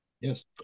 Yes